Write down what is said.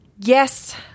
Yes